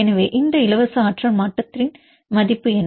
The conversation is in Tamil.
எனவே இந்த இலவச ஆற்றல் மாற்றத்தின் மதிப்பு என்ன